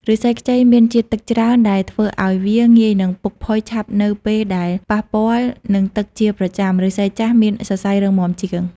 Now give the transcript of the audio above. ឫស្សីខ្ចីមានជាតិទឹកច្រើនដែលធ្វើឲ្យវាងាយនឹងពុកផុយឆាប់នៅពេលដែលប៉ះពាល់នឹងទឹកជាប្រចាំ ឫស្សីចាស់មានសរសៃរឹងមាំជាង។